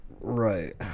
right